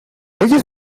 oyes